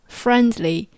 friendly